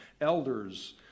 Elders